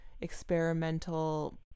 experimental